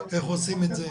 איך עושים את זה?